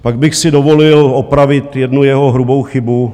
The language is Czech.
Pak bych si dovolil opravit jednu jeho hrubou chybu.